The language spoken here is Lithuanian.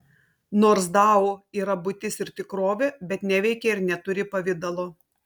nors dao yra būtis ir tikrovė bet neveikia ir neturi pavidalo